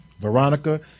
Veronica